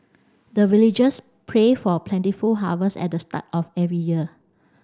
the villagers pray for plentiful harvest at the start of every year